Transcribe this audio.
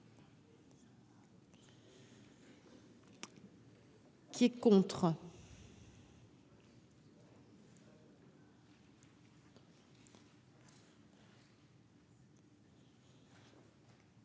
qui est contre